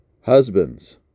Husbands